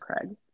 Craig